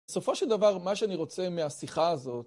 בסופו של דבר, מה שאני רוצה מהשיחה הזאת